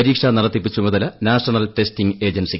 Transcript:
പരീക്ഷ നടത്തിപ്പ് ചുമതല നാഷണൽ ടെസ്റ്റിംഗ് ഏജൻസിക്ക്